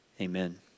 amen